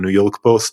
הניו יורק פוסט,